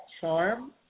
charm